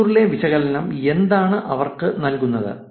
മണിക്കൂറുകളിലെ വിശകലനം എന്താണ് അവർക്ക് നൽകുന്നത്